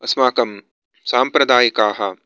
अस्माकं साम्प्रदायिकाः